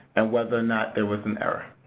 and whether or not there was an error.